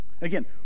Again